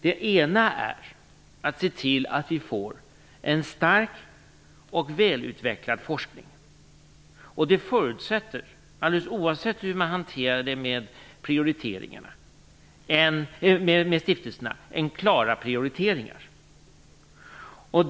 Det ena målet är att se till att vi får en stark och välutvecklad forskning, och det förutsätter, oavsett hur man hanterar stiftelserna, klara prioriteringar.